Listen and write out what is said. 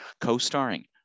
co-starring